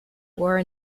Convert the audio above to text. were